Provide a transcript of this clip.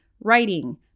writing